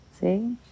See